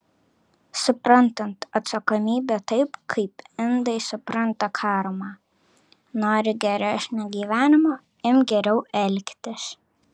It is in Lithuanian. suprantant atsakomybę taip kaip indai supranta karmą nori geresnio gyvenimo imk geriau elgtis